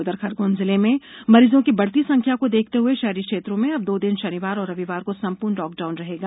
उधर खरगौन जिले में मरीजों की बढ़ती संख्या को देखते हुए शहरी क्षेत्रों में अब दो दिन शनिवार और रविवार को संपूर्ण लॉकडाउन रहेगा